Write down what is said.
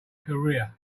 career